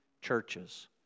churches